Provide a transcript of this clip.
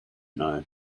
know